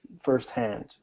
firsthand